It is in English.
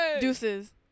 Deuces